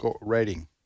rating